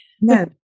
no